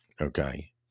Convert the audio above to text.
okay